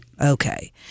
Okay